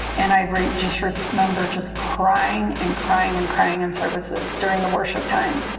and i've read just ripped remember just crying and crying and crying and services during a worship time.